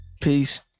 Peace